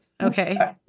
Okay